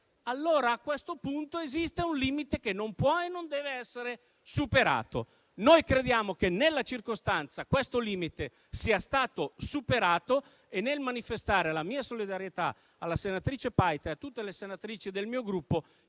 allora a quel punto esiste un limite che non può e non deve essere superato. Noi crediamo che nella circostanza questo limite sia stato superato e, nel manifestare la mia solidarietà alla senatrice Paita e a tutte le senatrici del mio Gruppo,